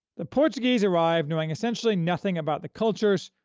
the portuguese arrived knowing essentially nothing about the cultures,